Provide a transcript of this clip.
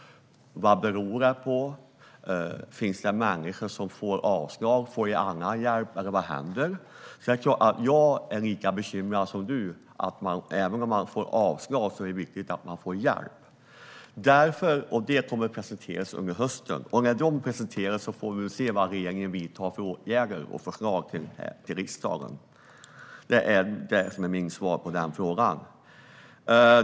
Vad beror det på? Vad händer med de människor som får avslag? Får de annan hjälp, eller vad händer? Jag är lika bekymrad som du. Även om man får avslag är det viktigt att man får hjälp. Denna analys kommer att presenteras under hösten. Då får vi väl se vad regeringen vidtar för åtgärder och vilka förslag man kommer med till riksdagen. Det är mitt svar på den frågan.